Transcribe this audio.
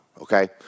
okay